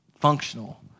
functional